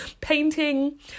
painting